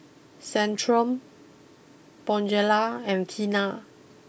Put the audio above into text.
Centrum Bonjela and Tena